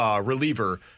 reliever